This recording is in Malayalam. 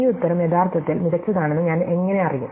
ഈ ഉത്തരം യഥാർത്ഥത്തിൽ മികച്ചതാണെന്ന് ഞാൻ എങ്ങനെ അറിയും